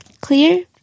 clear